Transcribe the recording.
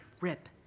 rip